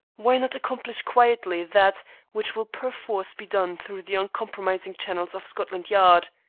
why not accomplish quietly that which will perforce be done through the uncompromising channels of scotland yard?